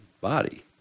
body